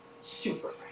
super